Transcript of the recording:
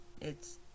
It's-